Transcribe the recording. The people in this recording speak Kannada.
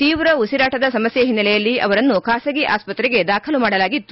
ತೀವ್ರ ಉಸಿರಾಟದ ಸಮಸ್ಯೆ ಹಿನ್ನೆಲೆಯಲ್ಲಿ ಅವರನ್ನು ಖಾಸಗಿ ಆಸ್ಪತ್ತೆಗೆ ದಾಖಲು ಮಾಡಲಾಗಿತ್ತು